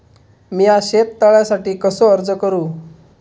मीया शेत तळ्यासाठी कसो अर्ज करू?